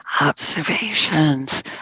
observations